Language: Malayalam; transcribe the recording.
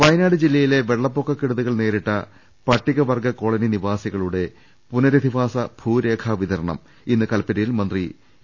വയനാട് ജില്ലയിലെ വെള്ളപ്പൊക്ക കെടുതികൾ നേരിട്ട പട്ടിക വർഗ കോളനി നിവാസികളുടെ പുനരധിവാസ ഭൂരേഖാ വിതരണം ഇന്ന് കൽപ്പറ്റയിൽ മന്ത്രി എ